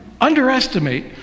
underestimate